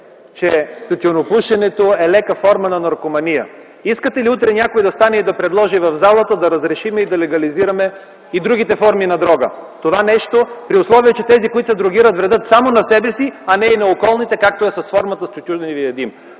че тютюнопушенето е лека форма на наркомания. Искате ли утре някой да стане и да предложи в залата да разрешим и легализираме и другите форми на дрога? И то при условие, че тези, които се дрогират, вредят само на себе си, а не и на околните, както е с тютюневия дим?!